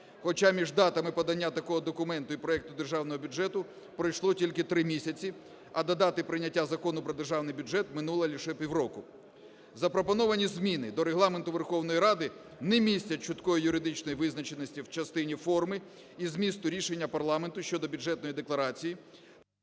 хоча між датами подання такого документу і проект Державного бюджету пройшло тільки три місяці, а до дати прийняття Закону про Державний бюджет минуло лише півроку. Запропоновані зміни до Регламенту Верховної Ради не містять чіткої юридичної визначеності в частині форми і змісту рішення парламенту щодо бюджетної декларації…